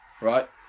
right